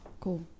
Cool